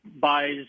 buys